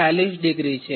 40° છે